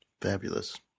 Fabulous